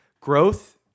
Growth